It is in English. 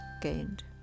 gained